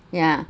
ya